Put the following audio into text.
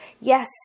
yes